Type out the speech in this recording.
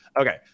Okay